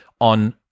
on